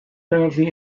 currently